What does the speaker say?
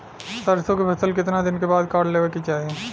सरसो के फसल कितना दिन के बाद काट लेवे के चाही?